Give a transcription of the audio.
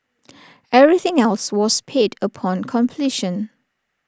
everything else was paid upon completion